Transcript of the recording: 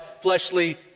fleshly